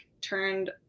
turned